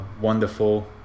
Wonderful